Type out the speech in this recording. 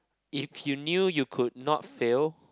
if you knew you could not fail